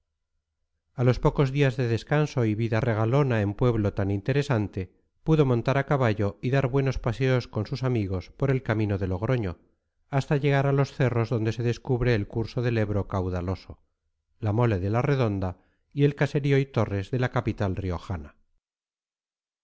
a los pocos días de descanso y vida regalona en pueblo tan interesante pudo montar a caballo y dar buenos paseos con sus amigos por el camino de logroño hasta llegar a los cerros donde se descubre el curso del ebro caudaloso la mole de la redonda y el caserío y torres de la capital riojana